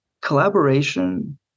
collaboration